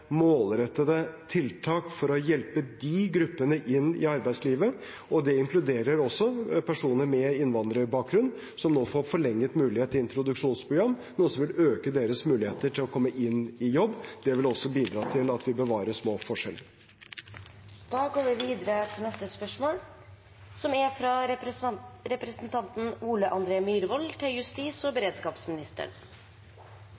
målrettede tiltak for å hjelpe de gruppene inn i arbeidslivet. Det inkluderer også personer med innvandrerbakgrunn, som nå får forlenget mulighet i introduksjonsprogram, noe som vil øke deres muligheter til å komme inn i jobb. Det vil også bidra til at vi bevarer små forskjeller. «I statsadvokatens inspeksjonsrapport fra Øst politidistrikt datert 15. desember fremkommer følgende: «Kriminalitetsutviklingen er beskrevet slik at kriminelle miljøer og